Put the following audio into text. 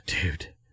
Dude